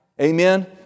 Amen